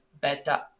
beta